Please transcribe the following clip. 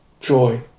joy